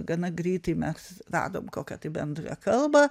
gana greitai mes radom kokią tai bendrą kalbą